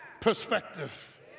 perspective